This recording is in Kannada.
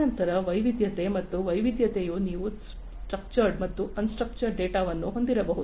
ತದನಂತರ ವೈವಿಧ್ಯತೆ ಮತ್ತು ಈ ವೈವಿಧ್ಯತೆಯು ನೀವು ಸ್ಟ್ರಕ್ಚರ್ಡ ಮತ್ತು ಅನ್ ಸ್ಟ್ರಕ್ಚರ್ಡ ಡೇಟಾವನ್ನು ಹೊಂದಿರಬಹುದು